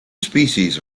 species